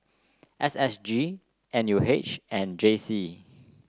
S S G N U H and J C